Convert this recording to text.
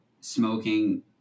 smoking